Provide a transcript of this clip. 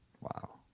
Wow